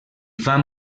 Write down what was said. fan